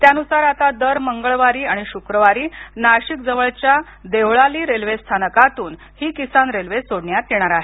त्यानुसार आता दर मंगळवारी आणि शुक्रवारी देवळाली रेल्वे स्थानकातून ही किसान रेल्वे सोडण्यात येणार आहे